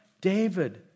David